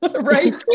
right